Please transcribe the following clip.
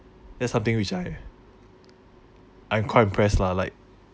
that's something which I I'm quite impress lah like